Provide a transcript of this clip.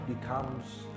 becomes